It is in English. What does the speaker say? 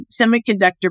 semiconductor